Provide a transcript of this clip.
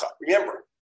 Remember